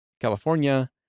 California